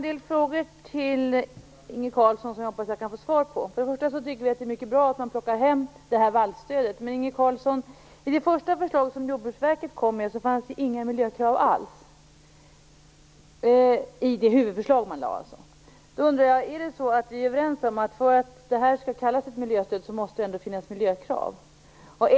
Fru talman! Jag har en del frågor till Inge Carlsson som jag hoppas att jag kan få svar på. Vi tycker att det är mycket bra att man plockar hem det här vallstödet. Men, Inge Carlsson, i det första förslag som Jordbruksverket kom med, fanns det inga miljökrav alls - alltså i huvudförslaget. Då undrar jag: Är vi överens om att det, för att kallas ett miljöstöd, ändå måste finnas miljökrav i det här?